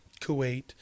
Kuwait